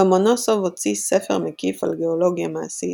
לומונוסוב הוציא ספר מקיף על גאולוגיה מעשית,